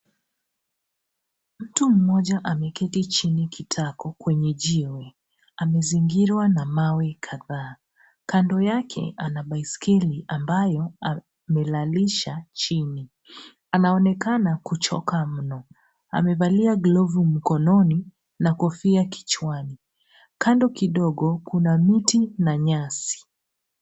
Mtu mmoja ameketi chini kitako kwenye jiwe, amezingirwa na mawe kadhaa. Kando yake ana baiskeli ambayo amelalisha chini. Anaonekana kuchoka mno, amevalia glovu mkononi na kofia kichwani. Kando kidogo, kuna miti na nyasi.